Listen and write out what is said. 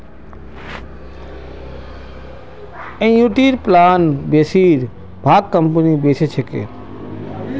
एनयूटीर प्लान बेसिर भाग कंपनी बेच छेक